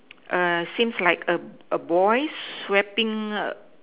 err seems like a a boy sweeping up